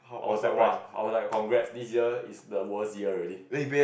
oh I like !wah! I was like congrats this year is the worst year already